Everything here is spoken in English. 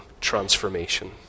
transformation